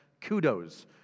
kudos